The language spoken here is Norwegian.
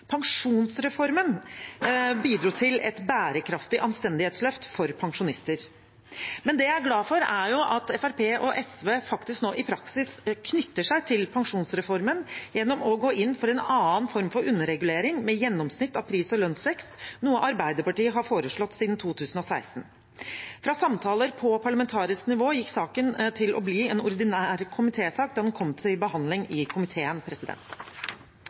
Pensjonsreformen bidro til et bærekraftig anstendighetsløft for pensjonister. Det jeg er glad for, er at Fremskrittspartiet og SV faktisk nå i praksis knytter seg til pensjonsreformen gjennom å gå inn for en annen form for underregulering med gjennomsnitt av pris- og lønnsvekst, noe Arbeiderpartiet har foreslått siden 2016. Fra samtaler på parlamentarisk nivå gikk saken til å bli en ordinær komitésak da den kom til behandling i komiteen.